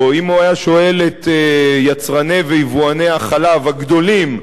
או אם הוא היה שואל את יצרני ויבואני החלב הגדולים,